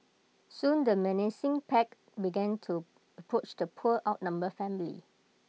soon the menacing pack began to approach the poor outnumbered family